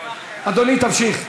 אדוני, תמשיך.